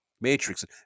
matrix